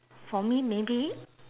for me maybe